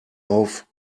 auf